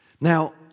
Now